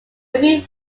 review